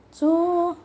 so